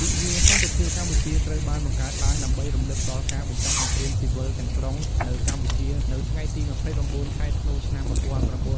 ទិវាសន្តិភាពកម្ពុជា ត្រូវបានបង្កើតឡើងដើម្បីរំលឹកដល់ការបញ្ចប់សង្គ្រាមស៊ីវិលទាំងស្រុងនៅកម្ពុជានៅថ្ងៃទី ២៩ ខែធ្នូ ឆ្នាំ ១៩